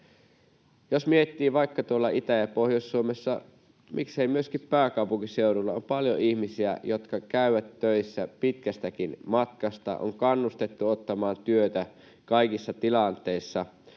Jos miettii, vaikka tuolla Itä- ja Pohjois-Suomessa, miksei myöskin pääkaupunkiseudulla, on paljon ihmisiä, jotka käyvät töissä pitkästäkin matkasta. On kannustettu ottamaan työtä kaikissa tilanteissa.